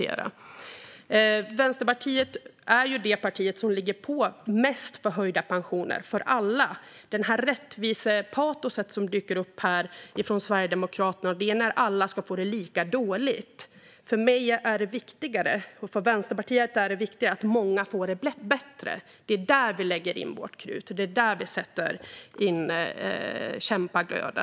Vänsterpartiet är det parti som ligger på mest för höjda pensioner för alla. Det rättvisepatos som dyker upp från Sverigedemokraterna gäller att alla ska få det lika dåligt, men det viktiga för mig och Vänsterpartiet är att många får det bättre. Det är där vi lägger vårt krut och vår kämpaglöd.